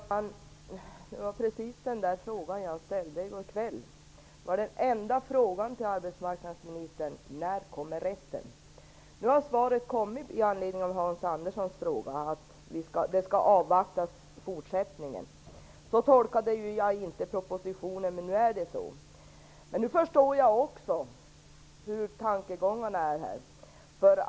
Fru talman! Det var precis den frågan jag ställde i går kväll. Det var den enda frågan till arbetsmarknadsministern. När kommer resten? Nu har svaret kommit i anledning av Hans Anderssons fråga. Fortsättningen skall avvaktas. Så tolkade jag inte propositionen, men nu är det så. Nu förstår jag också hur tankegångarna är här.